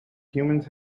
humans